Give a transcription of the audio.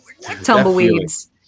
Tumbleweeds